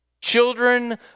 Children